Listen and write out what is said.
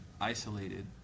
isolated